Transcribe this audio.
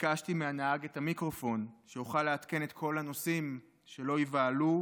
ביקשתי מהנהג את המיקרופון שאוכל לעדכן את כל הנוסעים שלא ייבהלו,